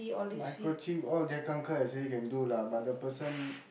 microchip Jack uncle actually can do lah but the person